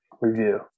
review